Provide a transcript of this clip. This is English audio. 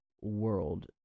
world